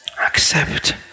Accept